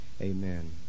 Amen